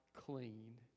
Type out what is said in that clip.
clean